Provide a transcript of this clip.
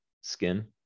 skin